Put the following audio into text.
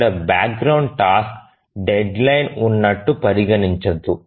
ఇక్కడ background task deadline ఉన్నట్లు పరిగణించబడదు